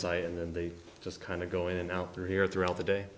site and then they just kind of go in and out through here throughout the day